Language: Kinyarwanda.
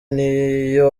n’iyo